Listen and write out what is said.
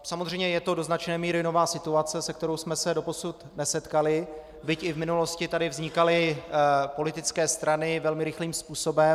Samozřejmě je to do značné míry nová situace, se kterou jsme se doposud nesetkali, byť i v minulosti tady vznikaly politické strany velmi rychlým způsobem.